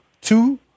two